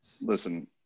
Listen